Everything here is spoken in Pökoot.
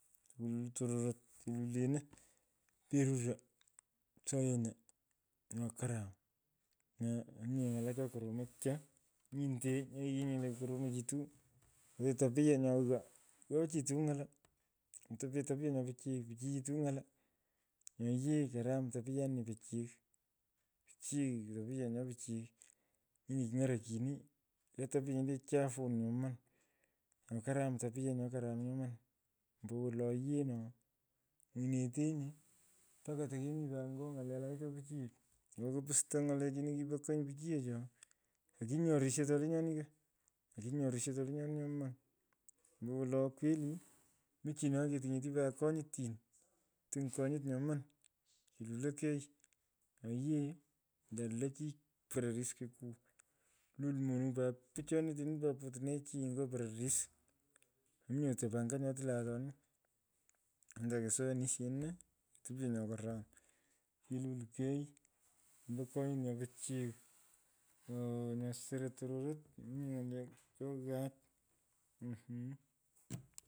Tokurelu tororot. telulyeno. peruro. isiyono nyo kuram. nyo mominye ng’ala cho koromoch tyaa. nyinte nyo yigheni ng’aleku kukoromochitu. ata tapiya nyo ghaa. ghaachitu ng’ala. to topyo tapya nyo pichiy pichiyitu ny’ala. nyo yee karam tapyanino pichiy. Pichiy tapya nyo pichiy. nyino kiny’orokyini. ghaa tapyonu ie chafu nyoman. nyo karam tapya nyo karam nyoman. ombowolo yee no. nywnyinetenyi mpaka pat teki mi pat nyo ng’alee cha pichiyech. nyo kopusto ny’alechini kipo kony pichiyech oo. kokinyerisho tole nyoni ko. kokinyerisho tole nyoni nyomun ombowolo kweli. muchino pat kutunyetin. itiny konyut nyoman ilulokei. nye yee nyarlei chi. pororiskoku. kului pat monuny pichani tini mi pupotnechi nyo pororis. mominye otop anya nyo tiliyei atoni. anda kosoyonisheno. topyo nyo karam ilulkei ombo konyot nyo pichiy. ooh nyo soro tororot mominyo ny’alee cho ghaach mmmh.